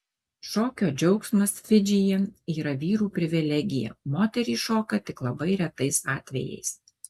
šokio džiaugsmas fidžyje yra vyrų privilegija moterys šoka tik labai retais atvejais